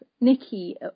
nikki